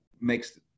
makes